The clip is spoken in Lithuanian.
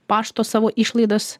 pašto savo išlaidas